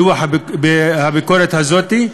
בדוח הביקורת הזה,